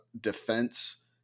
defense